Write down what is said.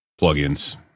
plugins